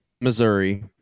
Missouri